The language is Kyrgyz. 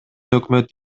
өкмөт